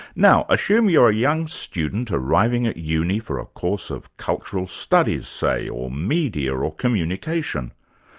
now assume you're a young student, arriving at uni for a course of cultural studies, say, or media, or or communication.